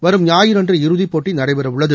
வரும் ஞாயிறன்று இறுதிப்போட்டி நடைபெறவுள்ளது